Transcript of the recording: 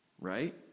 right